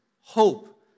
hope